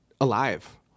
alive